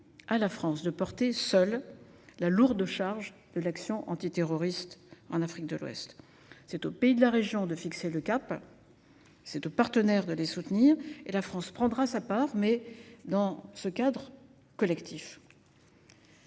La France prendra sa part, mais dans un cadre collectif.